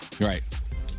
Right